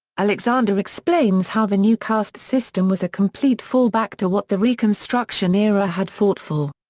alexander explains how the new caste system was a complete fallback to what the reconstruction era had fought for.